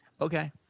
Okay